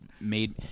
made